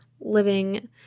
living